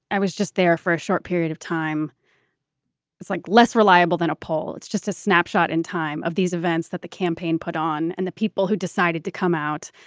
i was just there for a short period of time it's like less reliable than a poll. it's just a snapshot in time of these events that the campaign put on and the people who decided to come out.